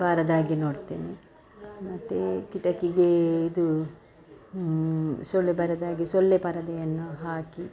ಬಾರದಾಗೆ ನೋಡ್ತೇನೆ ಮತ್ತು ಕಿಟಕಿಗೆ ಇದು ಸೊಳ್ಳೆ ಬರದಾಗೆ ಸೊಳ್ಳೆ ಪರದೆಯನ್ನು ಹಾಕಿ